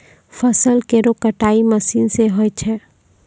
फसल केरो कटाई मसीन सें होय छै